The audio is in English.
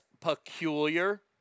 peculiar